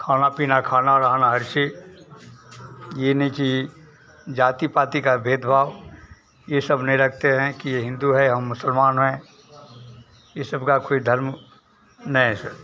खाना पीना खाना रहना हर चीज़ यह नहीं कि जाति पाती का भेदभाव यह सब नहीं रखते हैं कि यह हिन्दू है हम मुसलमान हैं ई सब का कोई धर्म नहीं से